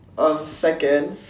uh second